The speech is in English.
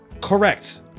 correct